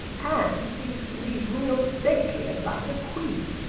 anne seems to me real stately and like a queen.